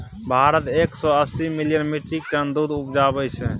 भारत एक सय अस्सी मिलियन मीट्रिक टन दुध उपजाबै छै